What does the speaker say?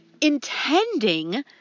intending